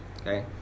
okay